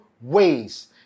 ways